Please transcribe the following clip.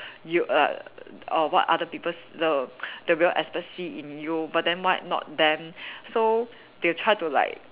you err err what other people the the real see in you and why not them so they will try to like